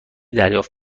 دریافت